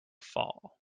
fall